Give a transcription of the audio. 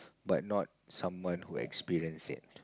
but not someone who experience it